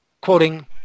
quoting